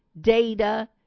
data